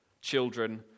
children